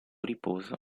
riposo